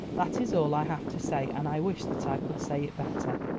that is all i have to say, and i wish that i could say it better.